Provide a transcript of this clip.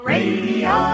Radio